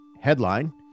Headline